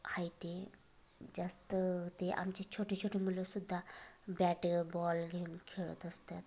आहेत जास्त ते आमचे छोटे छोटे मुलंसुद्धा बॅट बॉल घेऊन खेळत असतात